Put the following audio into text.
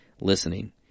listening